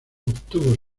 obtuvo